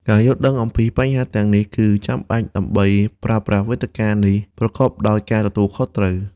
ការយល់ដឹងពីបញ្ហាទាំងនេះគឺចាំបាច់ដើម្បីប្រើប្រាស់វេទិកានេះប្រកបដោយការទទួលខុសត្រូវ។